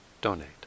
donate